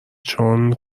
چون